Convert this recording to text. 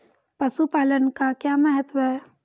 पशुपालन का क्या महत्व है?